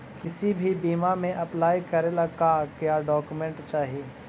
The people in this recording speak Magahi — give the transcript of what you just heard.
किसी भी बीमा में अप्लाई करे ला का क्या डॉक्यूमेंट चाही?